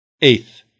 Eighth